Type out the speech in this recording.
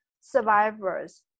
survivors